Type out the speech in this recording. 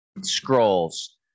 scrolls